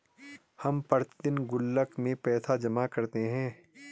हम प्रतिदिन गुल्लक में पैसे जमा करते है